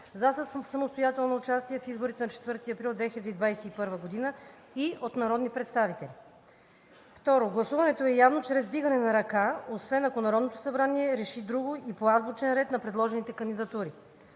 за самостоятелно участие в изборите на 4 април 2021 г., и от народни представители. 2. Гласуването е явно чрез вдигане на ръка, освен ако Народното събрание реши друго, и по азбучен ред на предложените кандидатури.